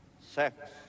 sex